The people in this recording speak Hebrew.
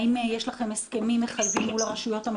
האם יש לכם הסכמים מחייבים מול הרשויות,